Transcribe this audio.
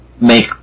make